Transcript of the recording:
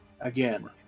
Again